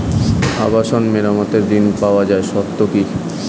আবাসন মেরামতের ঋণ পাওয়ার শর্ত কি?